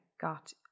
got